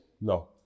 No